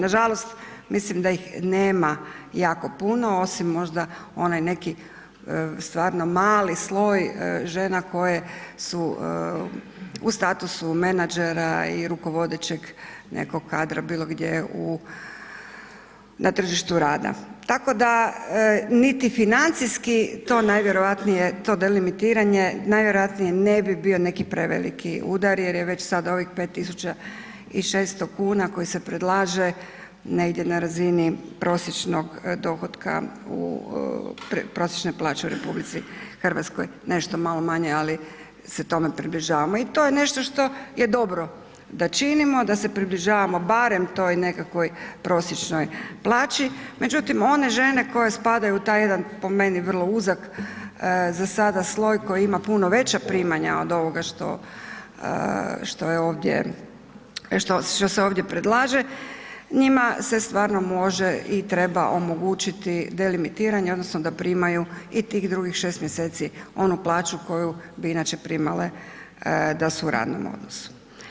Nažalost, mislim da ih nema jako puno osim možda onaj neki stvarno mali sloj žena koje su u statusu menadžera i rukovodećeg nekog kadra bilo gdje u, na tržištu rada, tako da niti financijski to najvjerojatnije, to delimitiranje najvjerojatnije ne bi bio neki preveliki udar jer je već sad ovih 5.600,00 kn koji se predlaže negdje na razini prosječnog dohotka, prosječne plaće u RH, nešto malo manje, ali se tome približavamo i to je nešto što je dobro da činimo, da se približavamo barem toj nekakvoj prosječnoj plaći, međutim one žene koje spadaju u taj jedan po meni vrlo uzak za sada sloj koji ima puno veća primanja od ovoga što, što je ovdje, što se ovdje predlaže, njima se stvarno može i treba omogućiti delimitiranje odnosno da primaju i tih drugih 6 mjeseci onu plaću koju bi inače primale da su u radnom odnosu.